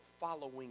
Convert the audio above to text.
following